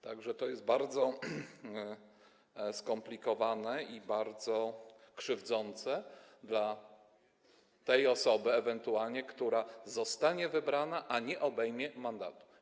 Tak że to jest bardzo skomplikowane i bardzo krzywdzące dla tej osoby, która ewentualnie zostanie wybrana, a nie obejmie mandatu.